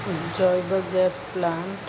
ଜୈବ gas plant